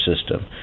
system